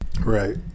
right